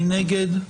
מי נגד?